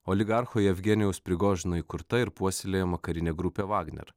oligarcho jevgenijaus prigožino įkurta ir puoselėjama karinė grupė vagner